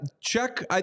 check